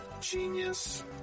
genius